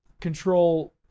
control